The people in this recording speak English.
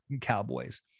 cowboys